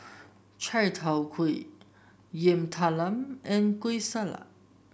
Chai Tow Kway Yam Talam and Kueh Salat